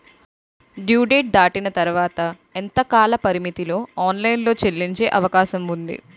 Due date దాటిన తర్వాత ఎంత కాలపరిమితిలో ఆన్ లైన్ లో చెల్లించే అవకాశం వుంది?